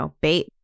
bait